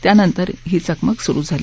त्यानंतर ही चकमक सुरु झाली